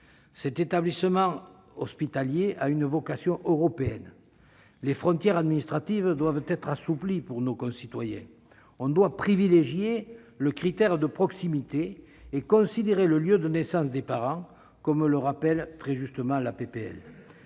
Cet établissement hospitalier a une vocation européenne. Les frontières administratives doivent être assouplies pour nos concitoyens. On doit privilégier le critère de proximité et considérer le lieu de résidence des parents, comme le rappelle très justement la